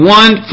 one